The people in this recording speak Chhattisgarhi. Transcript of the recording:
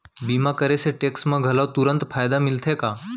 बीमा करे से टेक्स मा घलव तुरंत फायदा मिलथे का?